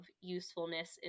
usefulness